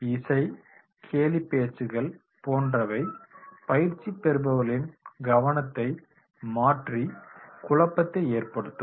இசை கேலிப்பேச்சுக்கள் போன்றவை பயிற்சி பெறுபவர்களின் கவனத்தை மாற்றி குழப்பத்தை ஏற்படுத்தும்